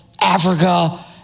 Africa